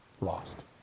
lost